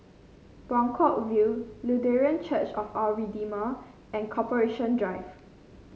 Buangkok View Lutheran Church of Our Redeemer and Corporation Drive